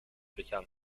become